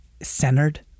centered